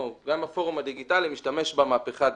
גם הפורום הדיגיטלי משתמש במהפכה הדיגיטלית.